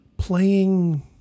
playing